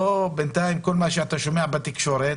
בינתיים כל מה שאתה שומע בתקשורת